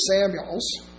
Samuels